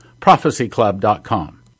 Prophecyclub.com